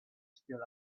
still